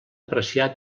apreciar